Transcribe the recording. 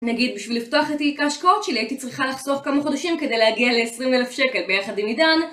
נגיד בשביל לפתוח את תיק ההשקעות שלי, הייתי צריכה לחסוך כמה חודשים כדי להגיע ל-20,000 שקל ביחד עם עידן.